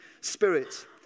Spirit